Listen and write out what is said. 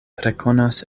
rekonas